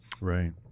right